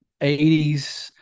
80s